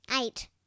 Eight